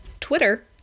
Twitter